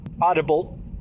Audible